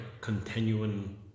continuing